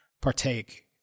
partake